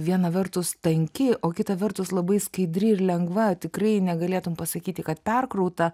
vieną vertus tanki o kitą vertus labai skaidri ir lengva tikrai negalėtum pasakyti kad perkrauta